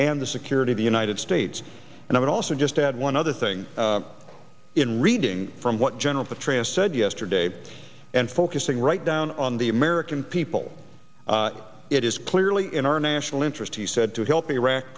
and the security of the united states and i would also just add one other thing in reading from what general petraeus said yesterday and focusing right down on the american people it is clearly in our national interest he said to help iraq